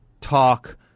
talk